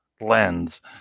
lens